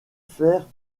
faire